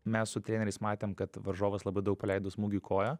mes su treneriais matėm kad varžovas labai daug praleido smūgių į koją